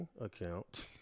account